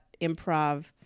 improv